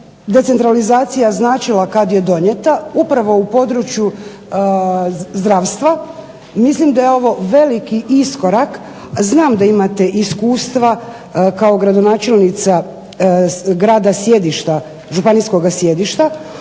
decentralizacija značila kad je donijeta upravo u području zdravstva. Mislim da je ovo veliki iskorak. Znam da imate iskustva kao gradonačelnica grada sjedišta,